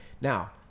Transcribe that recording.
Now